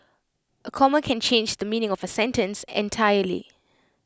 A comma can change the meaning of A sentence entirely